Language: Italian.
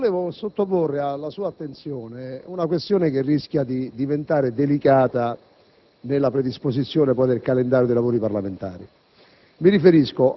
vorrei sottoporre alla sua attenzione una questione che rischia di diventare delicata nella predisposizione del calendario dei lavori parlamentari.